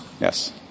Yes